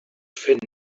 fent